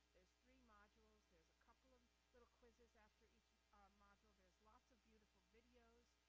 three modules, there's a couple of little quizzes after each module, there's lots of beautiful videos.